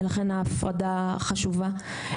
ולכן ההפרדה חשובה.